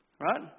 right